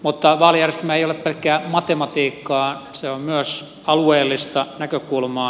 mutta vaalijärjestelmä ei ole pelkkää matematiikkaa se on myös alueellista näkökulmaa